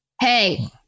Hey